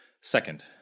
Second